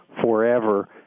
forever